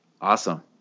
Awesome